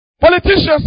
Politicians